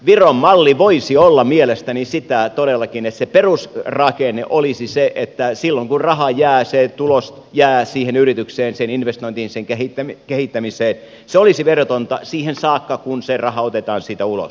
viron malli voisi olla mielestäni todellakin sitä että se perusrakenne olisi se että silloin kun raha jää se tulos jää siihen yritykseen sen investointiin sen kehittämiseen se olisi verotonta siihen saakka kun se raha otetaan siitä ulos